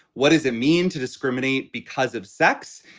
what does it mean to discriminate because of sex?